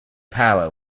power